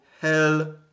hell